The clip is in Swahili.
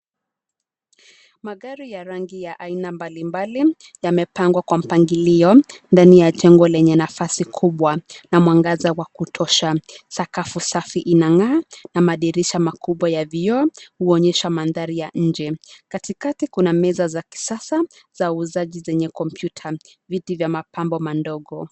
Magari ya rangi ya aina mbalimbali, yamepangwa kwa mpangilio ndani ya jengo yenye nafasi kubwa na mwangaza wa kutosha. Sakafu safi inang'aa na madirisha makubwa ya vioo huonyesha mandhari ya nje. Katikati kuna meza za kisasa, za uuzaji zenye kompyuta, viti vya mapambo madogo.